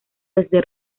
desde